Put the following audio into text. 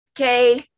Okay